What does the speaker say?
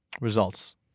Results